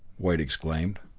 wade exclaimed.